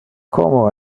como